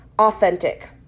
authentic